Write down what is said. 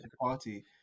party